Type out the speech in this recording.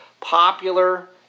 popular